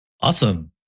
Awesome